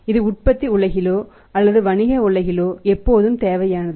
இது உற்பத்தி உலகிலோ அல்லது வணிக உலகிலோ எப்போதும் தேவையானது